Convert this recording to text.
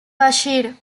bashir